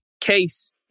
case